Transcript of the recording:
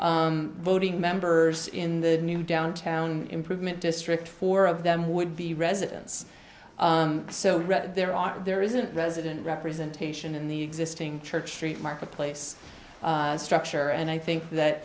in voting members in the new downtown improvement district four of them would be residents so there are there isn't resident representation in the existing church street marketplace structure and i think that